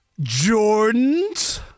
Jordans